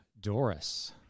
Doris